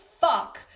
fuck